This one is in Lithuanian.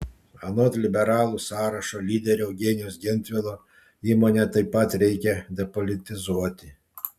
anot liberalų sąrašo lyderio eugenijaus gentvilo įmonę taip pat reikia depolitizuoti